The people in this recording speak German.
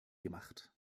gemacht